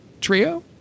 trio